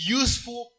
useful